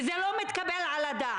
וזה לא מתקבל על הדעת.